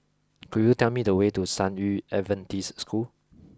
could you tell me the way to San Yu Adventist School